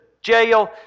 jail